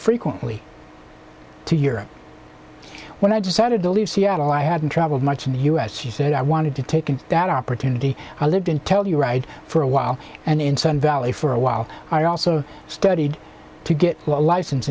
frequently to europe when i decided to leave seattle i hadn't travelled much in the u s she said i wanted to take that opportunity i lived in telluride for a while and in sun valley for a while i also studied to get a license